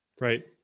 Right